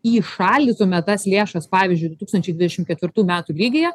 įšaldytume tas lėšas pavyzdžiui du tūkstančiai dvidešitm ketvirtų metų lygyje